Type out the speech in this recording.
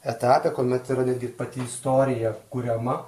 etape kuomet yra netgi pati istorija kuriama